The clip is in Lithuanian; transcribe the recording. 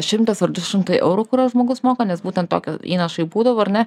šimtas ar du šimtai eurų kuriuos žmogus moka nes būtent tokio įnašai būdavo ne